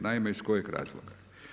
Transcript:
Naime iz kojih razloga?